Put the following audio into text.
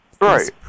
Right